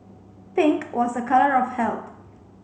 pink was a colour of health